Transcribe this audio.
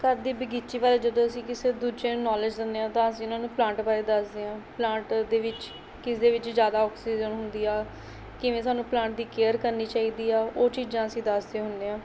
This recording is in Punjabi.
ਘਰ ਦੀ ਬਗੀਚੀ ਬਾਰੇ ਜਦੋਂ ਅਸੀਂ ਕਿਸੇ ਦੂਜੇ ਨੂੰ ਨੋਲੇਜ ਦਿੰਦੇ ਹਾਂ ਤਾਂ ਅਸੀਂ ਉਨ੍ਹਾਂ ਨੂੰ ਪਲਾਂਟ ਬਾਰੇ ਦੱਸਦੇ ਹਾਂ ਪਲਾਂਟ ਦੇ ਵਿੱਚ ਕਿਸ ਦੇ ਵਿੱਚ ਜ਼ਿਆਦਾ ਆਕਸੀਜਨ ਹੁੰਦੀ ਆ ਕਿਵੇਂ ਸਾਨੂੰ ਪਲਾਂਟ ਦੀ ਕੇਅਰ ਕਰਨੀ ਚਾਹੀਦੀ ਹੈ ਉਹ ਚੀਜ਼ਾਂ ਅਸੀਂ ਦੱਸਦੇ ਹੁੰਦੇ ਹਾਂ